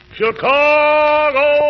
Chicago